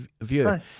view